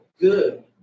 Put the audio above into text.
good